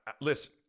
Listen